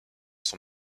son